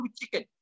chicken